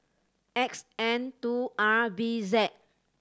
X N two R B Z